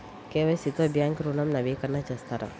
KYC తో bank ఋణం నవీకరణ చేస్తారా?